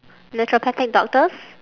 naturopathic doctors